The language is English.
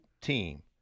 team